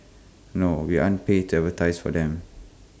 no we aren't paid to advertise for them